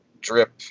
drip